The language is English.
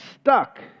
stuck